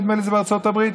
נדמה לי שזה בארצות הברית,